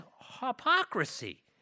hypocrisy